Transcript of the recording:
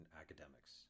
academics